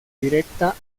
directa